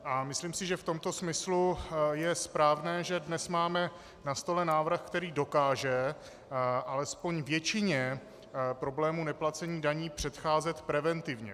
A myslím si, že v tomto smyslu je správné, že dnes máme na stole návrh, který dokáže alespoň většině problémů neplacení daní předcházet preventivně.